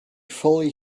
fully